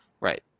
Right